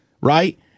right